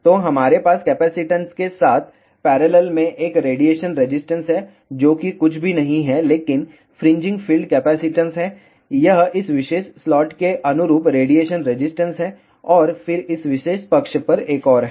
तो हमारे पास कैपेसिटंस के साथ पैरेलल में एक रेडिएशन रेजिस्टेंस है जो कि कुछ भी नहीं है लेकिन फ्रिंजिंग फील्ड कैपेसिटेंस है यह इस विशेष स्लॉट के अनुरूप रेडिएशन रेजिस्टेंस है और फिर इस विशेष पक्ष पर एक और है